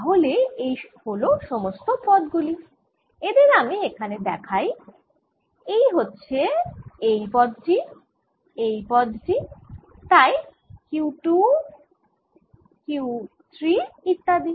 তাহলে এই হল সমস্ত পদ গুলি এদের আমি এখানে দেখাই এই রয়েছে এই পদ টি এই পদ টি তাই Q2 Q2 Q3 ইত্যাদি